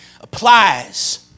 applies